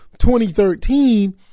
2013